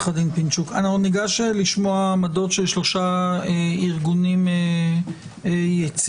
ניגש לשמוע עמדות של שלושה ארגונים יציגים.